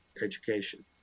education